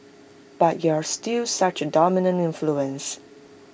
but you're still such A dominant influence